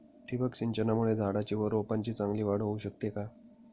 ठिबक सिंचनामुळे झाडाची व रोपांची चांगली वाढ होऊ शकते का?